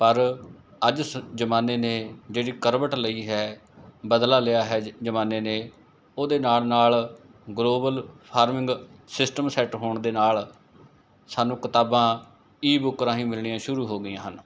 ਪਰ ਅੱਜ ਸ ਜ਼ਮਾਨੇ ਨੇ ਜਿਹੜੀ ਕਰਵਟ ਲਈ ਹੈ ਬਦਲਾ ਲਿਆ ਹੈ ਜ਼ ਜ਼ਮਾਨੇ ਨੇ ਉਹਦੇ ਨਾਲ ਨਾਲ ਗਲੋਵਲ ਫਾਰਮਿੰਗ ਸਿਸਟਮ ਸੈੱਟ ਹੋਣ ਦੇ ਨਾਲ ਸਾਨੂੰ ਕਿਤਾਬਾਂ ਈ ਬੁੱਕ ਰਾਹੀਂ ਮਿਲਣੀਆਂ ਸ਼ੁਰੂ ਹੋ ਗਈਆਂ ਹਨ